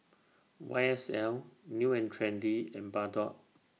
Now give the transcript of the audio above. Y S L New and Trendy and Bardot